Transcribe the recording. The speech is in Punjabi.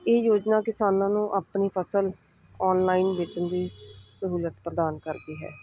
ਇਹ ਯੋਜਨਾ ਕਿਸਾਨਾਂ ਨੂੰ ਆਪਣੀ ਫਸਲ ਆਨਲਾਈਨ ਵੇਚਣ ਦੀ ਸਹੂਲਤ ਪ੍ਰਦਾਨ ਕਰਦੀ ਹੈ